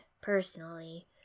personally